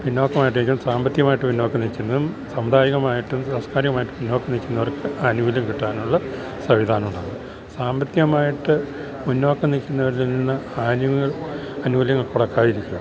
പിന്നോക്കമായിട്ടു നില്ക്കുന്ന സാമ്പത്തികമായിട്ട് പിന്നോക്കം നില്ക്കുന്നതും സമുദായികമായിട്ടും സാംസ്കാരികമായിട്ടു പിന്നോക്കം നില്ക്കുന്നവർക്ക് ആനുകൂല്യം കിട്ടാനുള്ള സംവിധാനം ഉണ്ടാക്കണം സാമ്പത്തികമായിട്ട് മുന്നോക്കം നില്ക്കുന്നവര്ക്ക് അനുകൂല്യങ്ങൾ കൊടുക്കാതിരിക്കുക